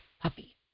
puppy